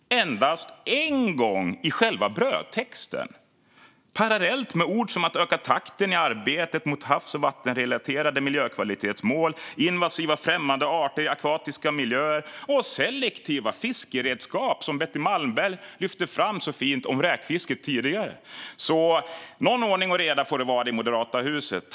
Endast en gång nämns det i själva brödtexten, parallellt med ord om att öka takten i arbetet när det gäller havs och vattenrelaterade miljökvalitetsmål samt om invasiva främmande arter i akvatiska miljöer och selektiva fiskeredskap, som Betty Malmberg lyfte fram så fint tidigare när det gällde räkfisket. Någon ordning och reda får det vara i det moderata huset.